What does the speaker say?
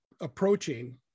approaching